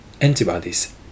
Antibodies